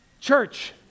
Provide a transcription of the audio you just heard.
Church